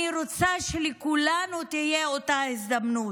אני רוצה שלכולנו תהיה אותה הזדמנות.